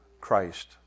Christ